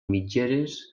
mitgeres